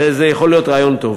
וזה יכול להיות רעיון טוב.